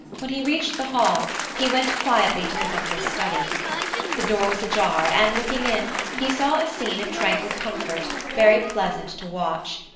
when he reached the hall, he went quietly to his uncle's study the door was ajar, and looking in, he saw a scene of tranquil comfort, very pleasant to watch.